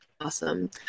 Awesome